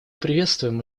приветствуем